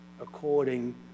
according